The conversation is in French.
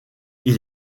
ils